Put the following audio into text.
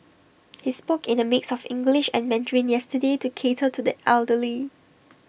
he spoke in A mix of English and Mandarin yesterday to cater to the elderly